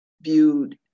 viewed